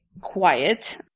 quiet